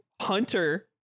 Hunter